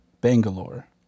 Bangalore